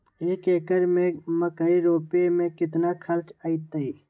एक एकर में मकई रोपे में कितना खर्च अतै?